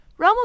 Romo